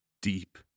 deep